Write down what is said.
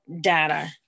data